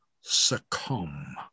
succumb